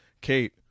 kate